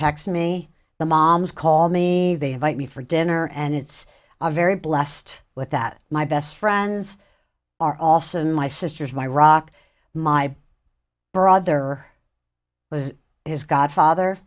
text me the moms call me they invite me for dinner and it's a very blessed with that my best friends are also my sisters my rock my brother was his godfather